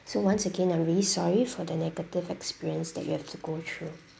so once again I'm really sorry for the negative experience that you have to go through